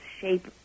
shape